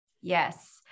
Yes